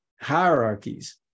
hierarchies